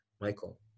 Michael